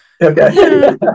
Okay